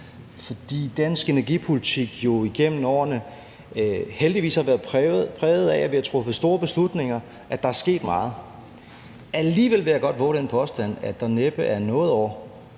for dansk energipolitik jo igennem årene heldigvis har været præget af, at vi har truffet store beslutninger, at der er sket meget. Alligevel vil jeg godt vove den påstand, at der næppe er noget år,